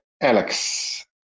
Alex